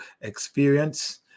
experience